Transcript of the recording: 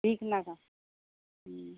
तीख नाका